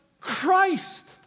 Christ